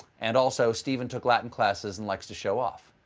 and also stephen took latin classes and likes to show off.